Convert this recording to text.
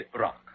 Rock